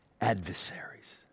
adversaries